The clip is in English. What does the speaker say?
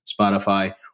Spotify